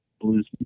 blues